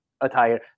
attire